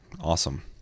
awesome